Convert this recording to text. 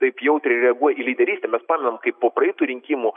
taip jautriai reaguoja į lyderystę bet pamenam kaip po praeitų rinkimų